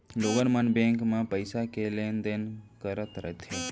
लोगन मन बेंक म पइसा के लेन देन करत रहिथे